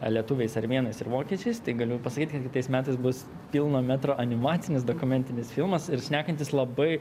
lietuviais armėnais ir vokiečiais tai galiu pasakyti kad kitais metais bus pilno metro animacinis dokumentinis filmas ir šnekantis labai